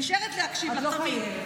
נשארת להקשיב לך תמיד.